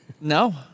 No